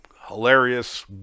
hilarious